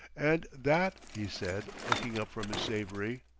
and that, he said, looking up from his savory,